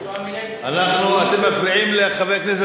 אתה פשוט לא יודע מה החוק,